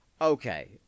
okay